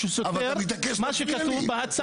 הוא אומר משהו חשוב שסותר את מה שכתוב בהצעה.